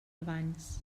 abans